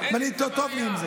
אין עם זה בעיה.